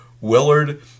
Willard